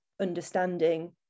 understanding